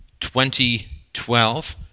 2012